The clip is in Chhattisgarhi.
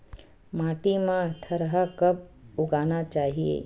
माटी मा थरहा कब उगाना चाहिए?